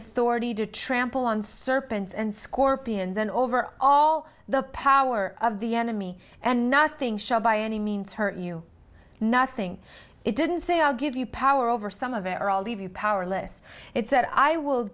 authority to trample on serpents and scorpions and over all the power of the enemy and nothing shall by any means hurt you nothing it didn't say i'll give you power over some of it or leave you powerless it's that i will